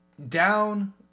down